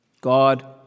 God